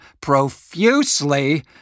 profusely